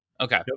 Okay